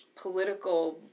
political